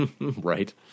Right